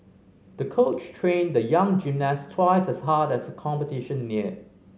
the coach trained the young gymnast twice as hard as the competition neared